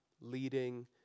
leading